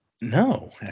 no